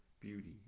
beauty